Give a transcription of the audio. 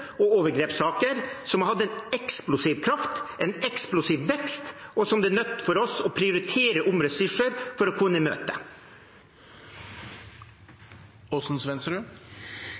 og overgrepssaker, som har hatt en eksplosiv kraft, en eksplosiv vekst, som vi er nødt til å omprioritere ressurser for å kunne møte.